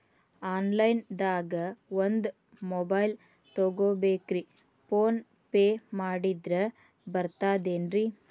Online ದಾಗ ಒಂದ್ mobile ತಗೋಬೇಕ್ರಿ ಫೋನ್ ಪೇ ಮಾಡಿದ್ರ ಬರ್ತಾದೇನ್ರಿ?